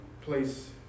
place